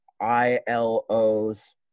ILO's